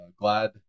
glad